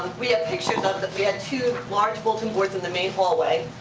we have pictures up that we had two large bulletin boards in the main hallway,